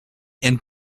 and